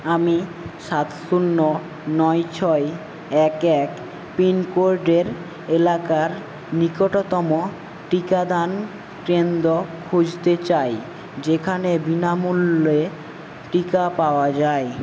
আমি সাত শূন্য নয় ছয় এক এক পিনকোডের এলাকার নিকটতম টিকাদান কেন্দ্র খুঁজতে চাই যেখানে বিনামূল্যে টিকা পাওয়া যায়